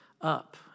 up